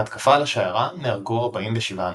בהתקפה על השיירה נהרגו 47 אנשים.